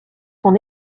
son